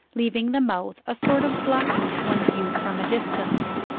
leaving the mouth a sort of blackness when viewed from a distance.